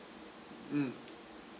mm